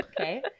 okay